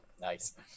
Nice